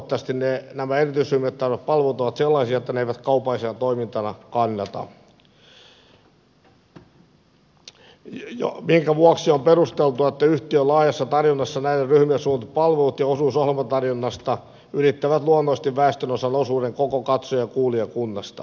lähtökohtaisesti nämä erityisryhmille tarjotut palvelut ovat sellaisia että ne eivät kaupallisena toimintana kannata minkä vuoksi on perusteltua että yhtiön laajassa tarjonnassa näille ryhmille suunnatut palvelut ja osuus ohjelmatarjonnasta ylittävät luonnollisesti väestönosan osuuden koko katsoja ja kuulijakunnasta